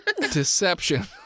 Deception